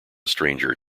stranger